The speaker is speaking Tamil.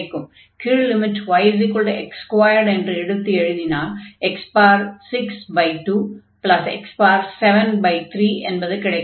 கீழ் லிமிட் yx2 என்று எடுத்து எழுதினால் x62x73 என்பது கிடைக்கும்